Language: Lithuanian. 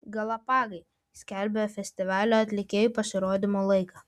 galapagai skelbia festivalio atlikėjų pasirodymų laiką